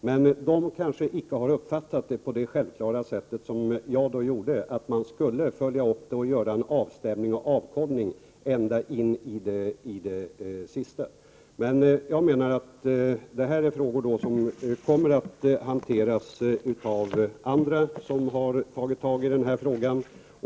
Men de har kanske icke uppfattat det som jag självfallet uppfattade det, nämligen att man skulle följa upp och göra en avstämning och avkollning ända in i det sista. Denna fråga kommer dock att hanteras av andra som har tagit upp frågan.